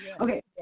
Okay